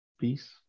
peace